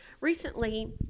Recently